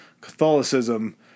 Catholicism